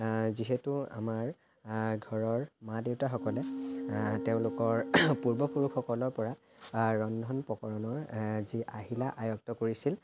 যিহেতু আমাৰ ঘৰৰ মা দেউতাসকলে তেওঁলোকৰ পূৰ্বপুৰুসসকলৰ পৰা ৰন্ধন প্ৰকৰণৰ যি আহিলা আয়ত্ব কৰিছিল